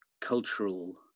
cultural